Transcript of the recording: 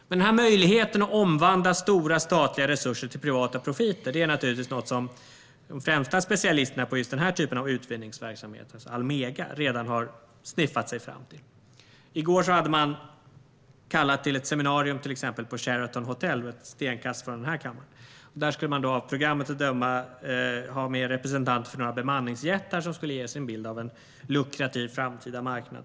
Den här möjligheten att omvandla stora statliga resurser till privata profiter är naturligtvis något som de främsta specialisterna på just den här typen av utbildningsverksamhet, Almega, redan har sniffat sig fram till. Till exempel hade man i går kallat till ett seminarium på Sheraton Hotel, ett stenkast från den här kammaren. Där skulle man av programmet att döma ha med representanter för några bemanningsjättar som skulle ge sin bild av en lukrativ framtida marknad.